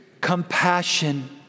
compassion